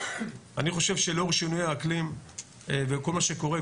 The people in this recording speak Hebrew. אני חושב שלאור שינויי האקלים וכל מה שקורה,